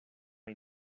hay